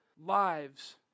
lives